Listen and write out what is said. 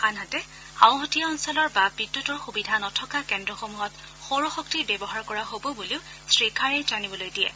আনহাতে আওহতীয়া অঞ্চলৰ বা বিদ্যুতৰ সুবিধা নথকা কেন্দ্ৰসমূহত সৌৰশক্তিৰ ব্যৱহাৰ কৰা হ'ব বুলিও শ্ৰী খাড়েই জানিবলৈ দিয়ে